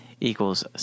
equals